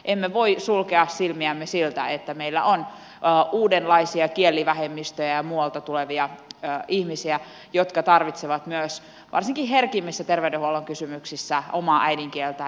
emme voi sulkea silmiämme siltä että meillä on uudenlaisia kielivähemmistöjä ja muualta tulevia ihmisiä jotka tarvitsevat myös varsinkin herkimmissä terveydenhuollon kysymyksissä omaa äidinkieltään